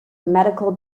medical